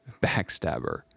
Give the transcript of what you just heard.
backstabber